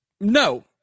No